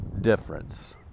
difference